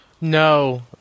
No